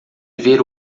ver